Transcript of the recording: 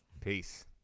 Peace